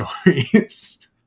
stories